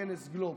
כנס גלובס,